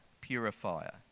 purifier